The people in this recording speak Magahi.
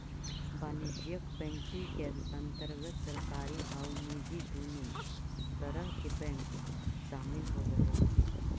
वाणिज्यिक बैंकिंग के अंतर्गत सरकारी आउ निजी दुनों तरह के बैंक शामिल होवऽ हइ